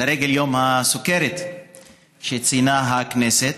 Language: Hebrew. לרגל יום הסוכרת שציינה הכנסת,